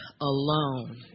alone